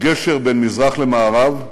גשר בין מזרח למערב,